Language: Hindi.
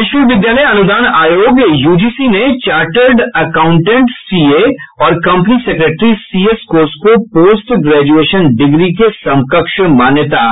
विश्वविद्यालय अनुदान आयोग यूजीसी ने चार्टर्ड अकाउंटेंट सीए और कंपनी सेक्रेटरी सीएस कोर्स को पोस्ट ग्रेजुएशन डिग्री के समकक्ष मान्यता